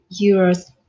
euros